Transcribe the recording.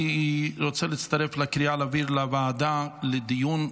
אני רוצה להצטרף לקריאה להעביר לוועדה לדיון.